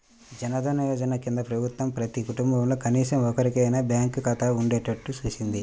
జన్ ధన్ యోజన కింద ప్రభుత్వం ప్రతి కుటుంబంలో కనీసం ఒక్కరికైనా బ్యాంకు ఖాతా ఉండేట్టు చూసింది